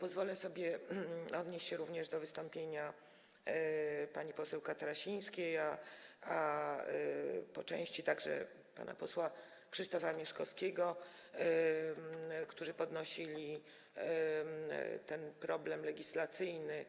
Pozwolę sobie odnieść się również do wystąpienia pani poseł Katarasińskiej, a po części także wystąpienia pana posła Krzysztofa Mieszkowskiego, którzy podnosili problem legislacyjny